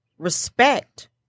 respect